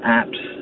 apps